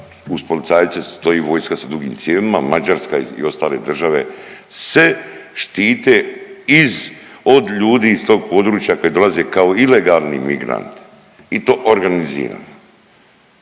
uz policajce stoji vojska sa dugim cijevima. Mađarska i ostale države se štite iz od ljudi iz tog područja koji dolaze kao ilegalni migranti i to organizirano.